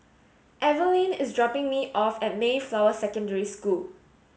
Eveline is dropping me off at Mayflower Secondary School